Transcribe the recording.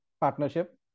partnership